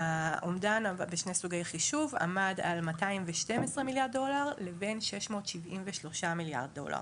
האומדן בשני סוגי חישוב עמד על 212 מיליארד דולר לבין 673 מיליארד דולר.